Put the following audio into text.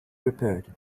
repaired